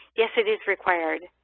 yes, it is required.